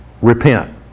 repent